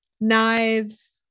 knives